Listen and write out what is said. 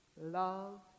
Love